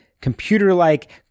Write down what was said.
computer-like